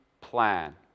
plan